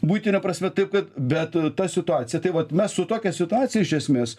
buitine prasme taip kad bet ta situacija tai vat mes su tokia situacija iš esmės